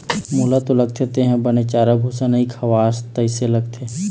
मोला तो लगथे तेंहा बने चारा भूसा नइ खवास तइसे लगथे